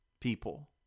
people